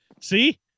See